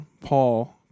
Paul